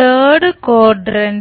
third quadrant